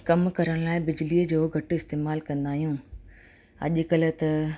कम करण लाइ बिजलीअ जो घटि इस्तेमालु कंदा आहियूं अॼुकल्ह त